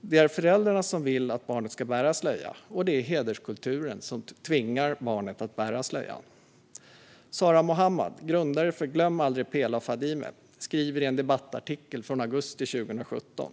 Det är föräldrarna som vill att barnet ska bära slöja, och det är hederskulturen som tvingar barnet att bära slöja. Sara Mohammad, grundare av Glöm aldrig Pela och Fadime, skriver i en debattartikel från augusti 2017: